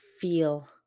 feel